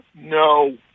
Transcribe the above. No